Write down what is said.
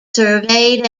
surveyed